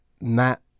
Matt